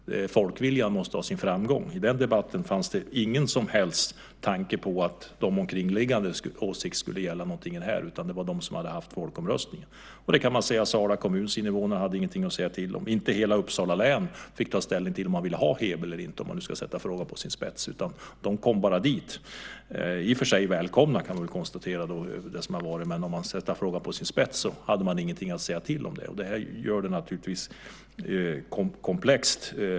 Folkviljan måste ha sin framgång. I den debatten fanns det ingen som helst tanke på att de omkringliggandes åsikter skulle gälla. Det var fråga om dem som hade folkomröstat. Sala kommuns invånare hade ingenting att säga till om. Inte heller hela Uppsala län fick ta ställning till om de ville ha Heby eller inte - om man ska sätta frågan på sin spets. Kommunen bara "kom dit". Kommunen var i och för sig välkommen, kan vi konstatera. Men om man ska sätta frågan på sin spets hade Uppsala län ingenting att säga till om. Det gör det naturligtvis komplext.